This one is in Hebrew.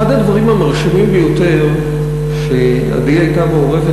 אחד הדברים המרשימים ביותר שעדי הייתה מעורבת